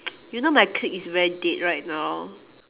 you know my clique is very dead right now